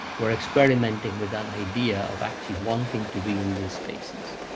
we're experimenting with an idea of actually wanting to be in these spaces,